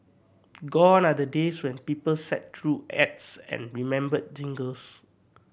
gone are the days when people sat through ads and remembered jingles